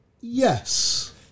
yes